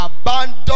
abandoned